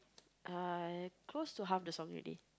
uh close to half the song already